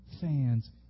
fans